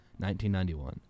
1991